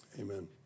Amen